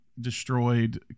destroyed